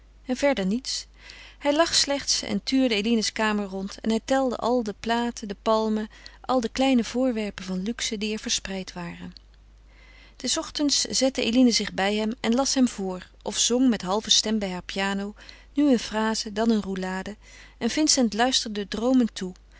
en verder niets hij lag slechts en tuurde eline's kamer rond en hij telde al de platen de palmen al de kleine voorwerpen van luxe die er verspreid waren des ochtends zette eline zich bij hem en las hem voor of zong met halve stem bij haar piano nu een fraze dan een roulade en vincent luisterde droomend toe